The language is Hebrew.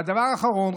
והדבר האחרון,